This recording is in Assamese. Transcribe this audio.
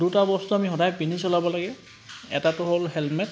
দুটা বস্তু আমি সদায় পিন্ধি চলাব লাগে এটাটো হ'ল হেলমেট